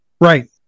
Right